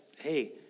hey